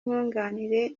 nkunganire